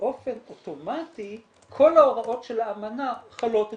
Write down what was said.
שבאופן אוטומטי כל ההוראות של האמנה חלות אצלנו?